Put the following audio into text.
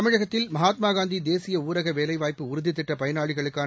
தமிழகத்தில் மகாத்மா காந்தி தேசிய ஊரக வேலைவாய்ப்பு உறுதி திட்ட பயனாளிகளுக்கான